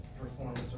performance